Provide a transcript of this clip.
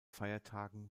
feiertagen